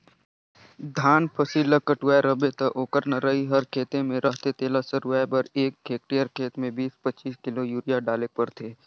धान फसिल ल कटुवाए रहबे ता ओकर नरई हर खेते में रहथे तेला सरूवाए बर एक हेक्टेयर खेत में बीस पचीस किलो यूरिया डालेक परथे